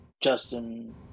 Justin